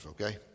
okay